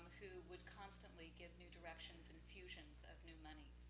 who would constantly give new directions infusions of new money.